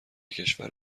کشور